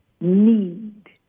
need